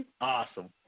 Awesome